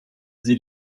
sie